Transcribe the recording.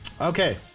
Okay